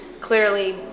clearly